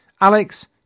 Alex